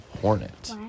Hornet